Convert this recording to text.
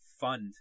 fund